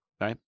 right